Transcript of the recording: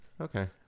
Okay